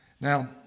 Now